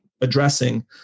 addressing